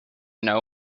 know